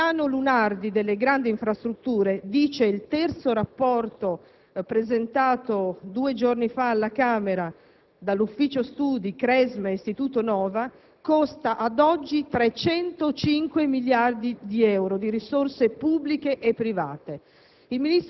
il piano Lunardi delle grandi infrastrutture - dice il terzo rapporto presentato due giorni fa alla Camera dall'ufficio studi Cresme e dall'Istituto Nova -costa ad oggi 305 miliardi di euro di risorse pubbliche e private.